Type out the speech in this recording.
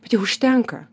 bet jau užtenka